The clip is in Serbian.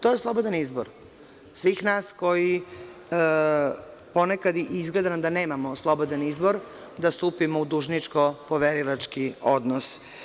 To je slobodan izbor svih nas koji ponekad izgleda nam da nemamo slobodan izbor da stupimo u dužničko-poverilački odnos.